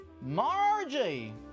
Margie